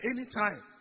anytime